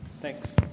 Thanks